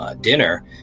dinner